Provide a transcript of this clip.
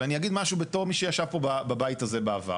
אבל אני אגיד משהו בתור מי שישב פה בבית הזה בעבר.